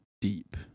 deep